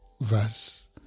verse